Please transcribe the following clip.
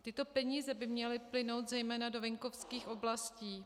Tyto peníze by měly plynout zejména do venkovských oblastí.